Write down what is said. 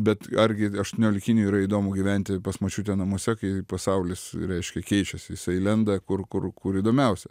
bet argi aštuoniolikiniui yra įdomu gyventi pas močiutę namuose kai pasaulis reiškia keičiasi jisai lenda kur kur kur įdomiausia